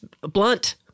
blunt